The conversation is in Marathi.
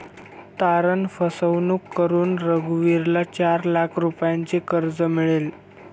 तारण फसवणूक करून रघुवीरला चार लाख रुपयांचे कर्ज मिळाले